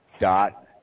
Dot